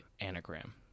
anagram